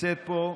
נמצאת פה,